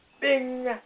bing